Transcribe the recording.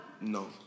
No